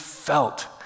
felt